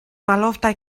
maloftaj